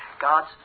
God's